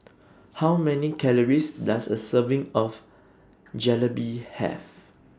How Many Calories Does A Serving of Jalebi Have